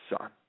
Son